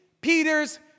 Peter's